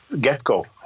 get-go